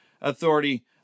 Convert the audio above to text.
authority